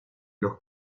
los